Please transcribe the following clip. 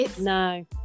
No